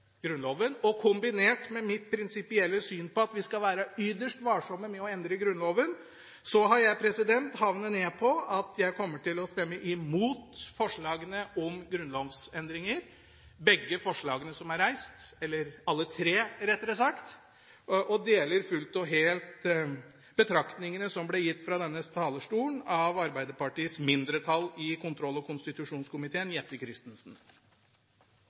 Grunnloven. Kombinert med mitt prinsipielle syn på at vi skal være ytterst varsomme med å endre Grunnloven, har jeg havnet ned på at jeg kommer til å stemme mot forslagene om grunnlovsendringer, alle tre forslagene som er reist, og jeg deler fullt og helt betraktningene som ble gitt fra denne talerstol av Arbeiderpartiets mindretall i kontroll- og konstitusjonskomiteen, Jette F. Christensen.